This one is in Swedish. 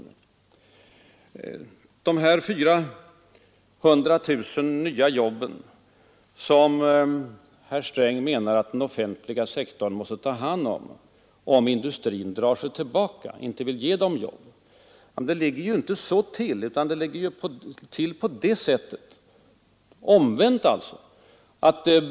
Om industrin drar sig tillbaka och inte kan ge de 400 000 nya jobben, menar herr Sträng att den offentliga sektorn måste ta hand om den uppgiften. Men det ligger inte så till. Händelseförloppet är det motsatta!